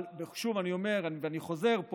אבל שוב אני אומר ואני חוזר על